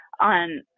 on